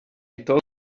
told